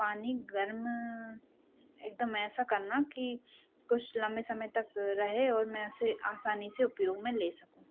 पानी गर्म एकदम ऐसा करना कि कुछ लंबे समय तक रहे और मैं उसे आसानी से उपयोग में ले सकूँ